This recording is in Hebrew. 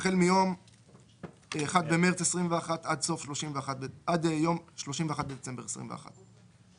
שנת הבסיס שלו היא מיום 1 במרץ 2021 ועד 31 בדצמבר 2021,